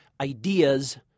ideas-